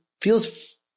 feels